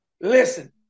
listen